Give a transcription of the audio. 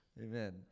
Amen